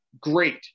great